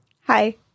Hi